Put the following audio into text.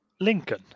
Lincoln